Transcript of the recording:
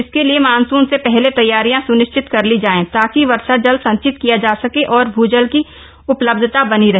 इसके लिए मानसुन से पहले तैयारियां सुनिश्चित कर ली जाएं ताकि वर्षा जल संचित किया जा सके और भूजल की उपलब्धता बनी रहे